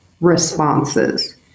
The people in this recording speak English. responses